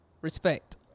Respect